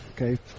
Okay